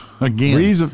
Again